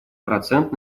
процент